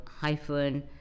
hyphen